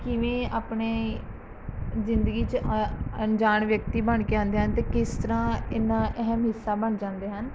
ਕਿਵੇਂ ਆਪਣੇ ਜ਼ਿੰਦਗੀ 'ਚ ਅਣਜਾਣ ਵਿਅਕਤੀ ਬਣ ਕੇ ਆਉਂਦੇ ਹਨ ਅਤੇ ਕਿਸ ਤਰ੍ਹਾਂ ਇੰਨਾ ਅਹਿਮ ਹਿੱਸਾ ਬਣ ਜਾਂਦੇ ਹਨ